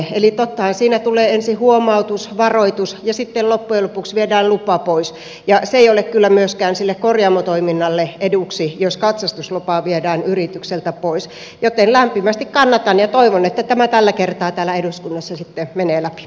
eli tottahan siinä tulee ensin huomautus varoitus ja sitten loppujen lopuksi viedään lupa pois ja se ei ole kyllä myöskään sille korjaamotoiminnalle eduksi jos katsastuslupa viedään yritykseltä pois joten lämpimästi kannatan ja toivon että tämä tällä kertaa täällä eduskunnassa sitten menee läpi